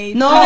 no